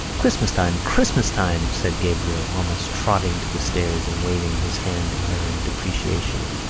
christmas-time! christmas-time! said gabriel, almost trotting to the stairs and waving his hand to her in deprecation.